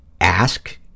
ask